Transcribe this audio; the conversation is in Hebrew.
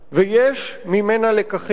ויש ממנה לקחים.